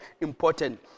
important